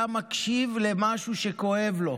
אתה מקשיב למשהו שכואב לו.